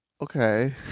Okay